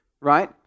right